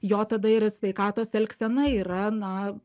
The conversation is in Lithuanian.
jo tada yra sveikatos elgsena yra na